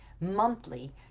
monthly